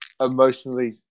emotionally